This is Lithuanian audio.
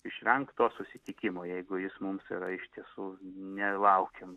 išvengt to susitikimo jeigu jis mums yra iš tiesų nelaukiam